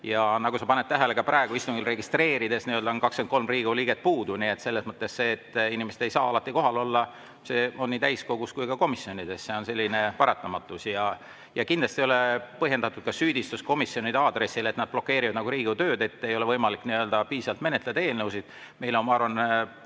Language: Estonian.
Ja nagu sa paned tähele, ka praegu istungile registreerides on 23 Riigikogu liiget puudu, nii et selles mõttes see, et inimesed ei saa alati kohal olla, on nii täiskogus kui ka komisjonides, see on selline paratamatus. Ja kindlasti ei ole põhjendatud süüdistus komisjonide aadressil, et nad blokeerivad Riigikogu tööd, et ei ole võimalik piisavalt eelnõusid menetleda. Meil on, ma arvan,